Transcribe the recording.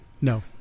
No